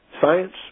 science